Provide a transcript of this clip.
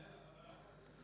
מי נמנע?